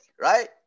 right